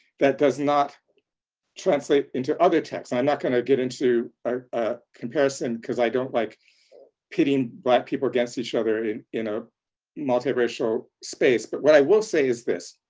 that does not translate into other texts. i'm not going to get into a comparison because i don't like pitting black people against each other in in a multiracial space but what i will say is this,